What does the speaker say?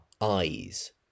eyes